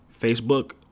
Facebook